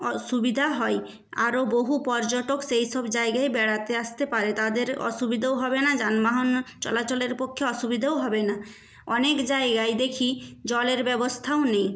সুবিধা হয় আরো বহু পর্যটক সেই সব জায়গায় বেড়াতে আসতে পারে তাদের অসুবিধাও হবে না যানবাহন চলাচলের পক্ষে অসুবিধাও হবে না অনেক জায়গায় দেখি জলের ব্যবস্থাও নেই